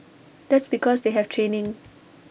that's because they have training